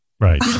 Right